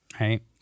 right